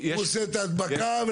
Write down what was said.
עושה את ההדבקה.